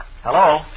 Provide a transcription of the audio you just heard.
Hello